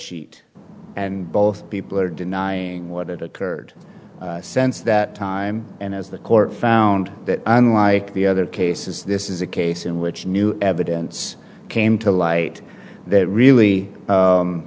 sheet and both people are denying what occurred since that time and as the court found that unlike the other cases this is a case in which new evidence came to light that really